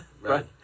Right